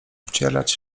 wcierać